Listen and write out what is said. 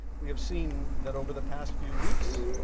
we have seen that over the past few weeks,